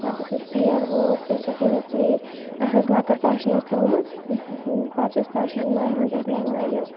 پَتہٕ یُتھُے ژیر ووت تَمہِ ساتہٕ نی مےٚ ژیٖرۍ اَسہِ ٲسۍ لۄکٕٹۍ تَشنٲر تھٲومٕژ پَتہٕ چھِ أسۍ تشنارِ منٛز حظ نِوان یہِ